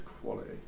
quality